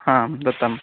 हां दत्तम्